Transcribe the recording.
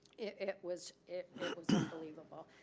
it was it was unbelievable.